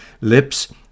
lips